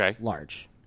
large